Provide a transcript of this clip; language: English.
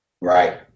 Right